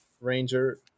Ranger